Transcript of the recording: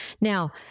Now